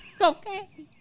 Okay